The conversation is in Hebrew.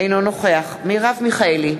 אינו נוכח מרב מיכאלי,